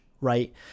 right